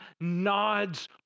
nods